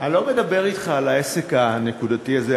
אני לא מדבר אתך על העסק הנקודתי הזה,